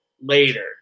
later